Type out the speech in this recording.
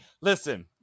listen